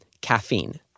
caffeine